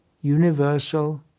universal